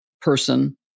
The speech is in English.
person